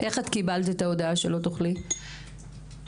איך קיבלת את ההודעה שלא תוכלי ללדת בניתוח קיסרי צרפתי?